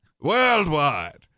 worldwide